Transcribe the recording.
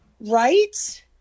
Right